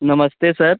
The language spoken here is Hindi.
नमस्ते सर